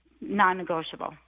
non-negotiable